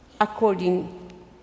according